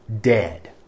dead